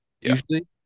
usually